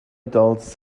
adults